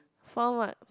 four marks